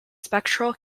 spectral